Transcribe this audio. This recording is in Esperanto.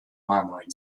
manojn